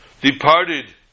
departed